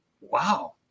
wow